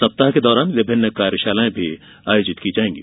सप्ताह के दौरान विभिन्न कार्यशालाएं भी आयोजित की जाएंगी